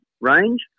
range